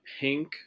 pink